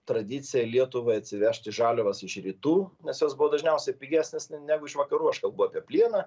tradicija lietuvai atsivežti žaliavas iš rytų nes jos buvo dažniausiai pigesnės negu iš vakarų aš kalbu apie plieną